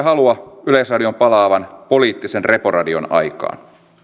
halua yleisradion palaavan poliittisen reporadion aikaan